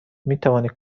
میتوانی